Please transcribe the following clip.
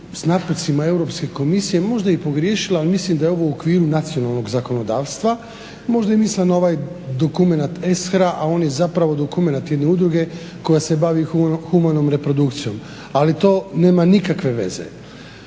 s napucima Europske komisije možda je i pogriješila ali mislim da je ovo u okviru nacionalnog zakonodavstva. Možda je mislila na ovaj dokument ESHRE-a a on je zapravo dokumenat jedne udruge koja se bavi humanom reprodukcijom, ali to nema nikakve veze.